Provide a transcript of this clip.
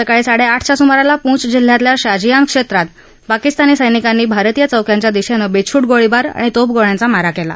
सकाळी साडे आठच्या सुमाराला पूंछ जिल्ह्यातल्या शाजियान क्षेत्रात पाकिस्तानी सैनिकांनी भारतीय चौक्यांच्या दिशेनं बेछूट गोळीबार आणि तोफगोळ्यांचा मारा केला